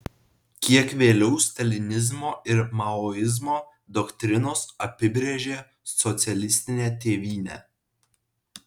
kiek vėliau stalinizmo ir maoizmo doktrinos apibrėžė socialistinę tėvynę